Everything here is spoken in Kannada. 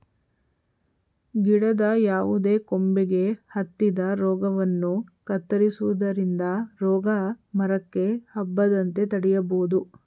ಗಿಡದ ಯಾವುದೇ ಕೊಂಬೆಗೆ ಹತ್ತಿದ ರೋಗವನ್ನು ಕತ್ತರಿಸುವುದರಿಂದ ರೋಗ ಮರಕ್ಕೆ ಹಬ್ಬದಂತೆ ತಡೆಯಬೋದು